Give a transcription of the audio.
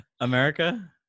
America